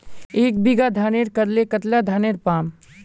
एक बीघा धानेर करले कतला धानेर पाम?